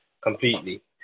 completely